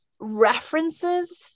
references